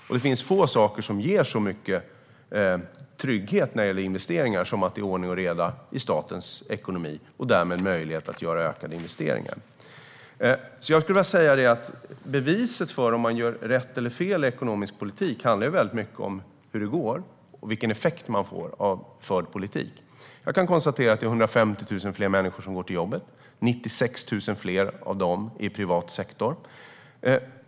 Och det är få saker som ger så mycket trygghet när det gäller investeringar som att det är ordning och reda i statens ekonomi och att man därmed har möjlighet att göra ökade investeringar. Beviset för om man gör rätt eller fel i ekonomisk politik handlar i mycket om hur det går och om vilken effekt man får av den förda politiken. Jag kan konstatera att det är 150 000 fler människor som går till jobbet. 96 000 av dem är i privat sektor.